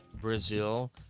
Brazil